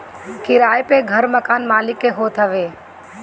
किराए पअ घर मकान मलिक के होत हवे